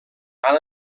han